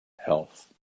health